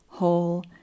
whole